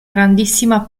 grandissima